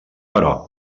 però